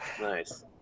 nice